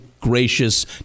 gracious